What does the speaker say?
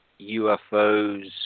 UFOs